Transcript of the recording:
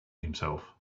himself